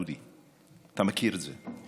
דודי, אתה מכיר את זה.